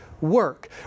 work